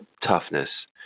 toughness